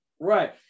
Right